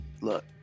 look